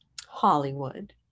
Hollywood